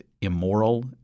immoral